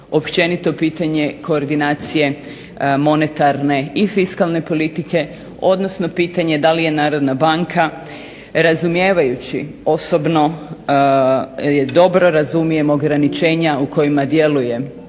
općenito pitanje koordinacije monetarne i fiskalne politike, odnosno pitanje da li je Narodna banka razumijevajući osobno dobro razumijem ograničenja u kojima djeluje